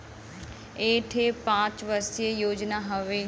एक ठे पंच वर्षीय योजना हउवे